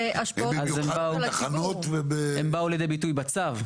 וההשפעות האלה הן במיוחד על תחנות ו הן באו לידי ביטוי בצו,